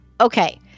Okay